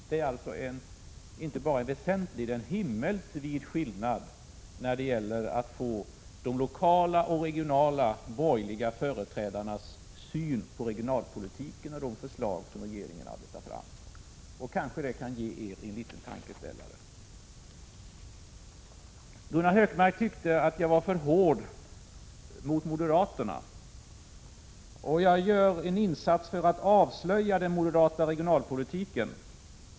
Det är alltså inte bara en väsentlig, utan det är en himmelsvid skillnad att få de lokala och regionala borgerliga företrädarnas syn på regionalpolitiken och de förslag som regeringen arbetar fram. Kanske det kan ge er en liten tankeställare. Gunnar Hökmark tyckte att jag var för hård mot moderaterna och att jag gör en insats för att avslöja den moderata regionalpolitiken.